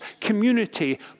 community